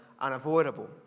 Unavoidable